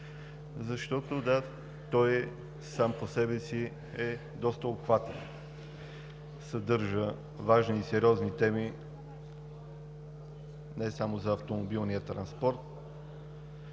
Да, той сам по себе си е доста обхватен, съдържа важни и сериозни теми не само за автомобилния транспорт,